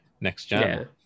next-gen